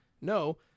No